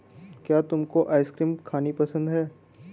क्या तुमको आइसक्रीम खानी पसंद है?